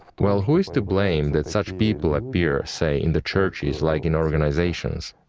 well, who is to blame that such people appear, say, in the churches, like in organizations?